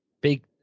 Big